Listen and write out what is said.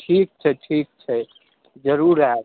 ठीक छै ठीक छै जरूर आएब